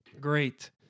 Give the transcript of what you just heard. Great